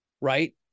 Right